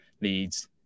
leads